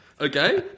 Okay